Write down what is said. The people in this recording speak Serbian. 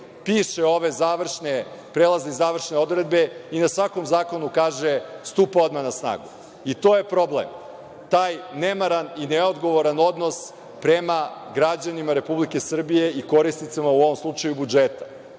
piše ove prelazne i završne odredbe i na svakom zakonu kaže – stupa odmah na snagu, i to je problem. Taj nemaran i neodgovoran odnos prema građanima Republike Srbije i korisnicima, u ovom slučaju, budžeta,